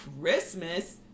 Christmas